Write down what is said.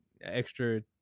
extra